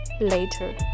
later